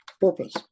purpose